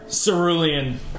Cerulean